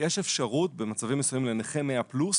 יש אפשרות במצבים מסוימים לנכה 100 פלוס